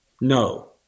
No